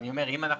אם אנחנו